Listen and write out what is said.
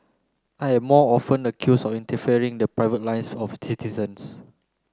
I am often accused of interfering in the private lives of citizens